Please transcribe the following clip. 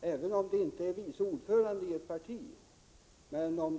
även om inte vice ordföranden i ett parti var med.